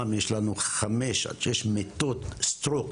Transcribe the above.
מכל השותפים ובמיוחד מיושבת-ראש הוועדה.